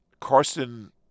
Carson